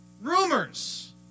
Rumors